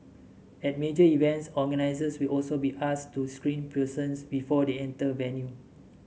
at major events organisers will also be asked to screen persons before they enter venue